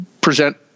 present